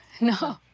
no